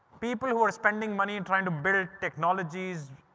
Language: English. people who are spending money and trying to build technologies,